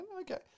okay